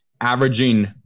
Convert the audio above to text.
averaging